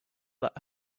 let